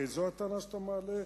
הרי זו הטענה שאתה מעלה.